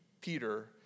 Peter